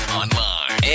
online